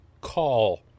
call